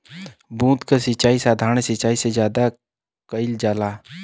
बूंद क सिचाई साधारण सिचाई से ज्यादा कईल जाला